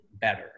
better